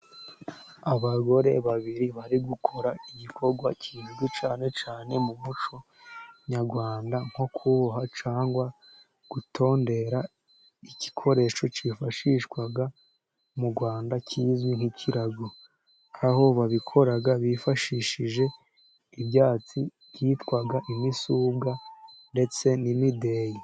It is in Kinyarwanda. Abagore babiri bari gukora igikorwa kizwi cyane cyane mu muco nyarwanda, nko kuboha cyangwa gutondera igikoresho cyifashishwa mu Rwanda kizwi nk'ikirago, aho babikora bifashishije ibyatsi byitwa imisuga ndetse n'imideyi.